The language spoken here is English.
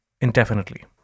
indefinitely